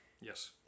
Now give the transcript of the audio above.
Yes